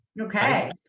Okay